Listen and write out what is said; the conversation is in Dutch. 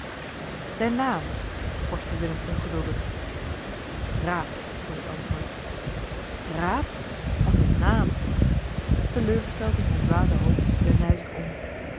zijn naam vorschte willem ongeduldig raap was het antwoord raap wat een naam teleurgesteld in zijne dwaze hoop wendde hij zich om